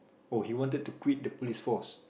oh he wanted to quit the Police Force